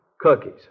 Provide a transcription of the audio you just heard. Cookies